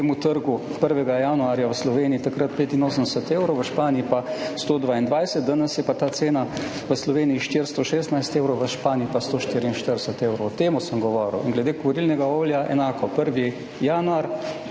na tem trgu 1. januarja v Sloveniji takrat 85 evrov, v Španiji pa 122, danes je pa ta cena v Sloveniji 416 evrov, v Španiji pa 144 evrov. O tem sem govoril. In glede kurilnega olja enako, 1. januar